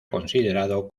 considerado